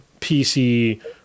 PC